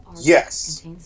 yes